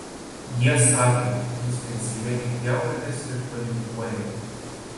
jie sako jūs ten seime tik pjaunatės ir politikuojate